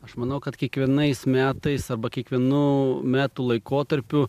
aš manau kad kiekvienais metais arba kiekvienų metų laikotarpiu